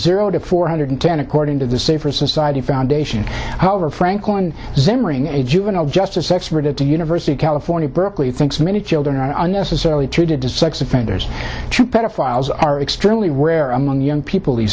zero to four hundred ten according to the safer society foundation however franklin zimring a juvenile justice expert at the university of california berkeley thinks many children are unnecessarily treated to sex offenders to pedophiles are extremely rare among young people he